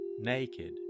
naked